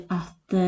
att